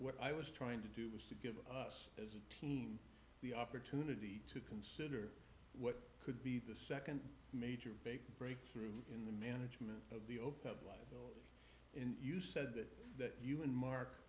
i was trying to do was to give us as a team the opportunity to consider what could be the second major big breakthrough in the management of the open up line in you said that that you and mark